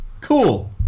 Cool